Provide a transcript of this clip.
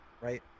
right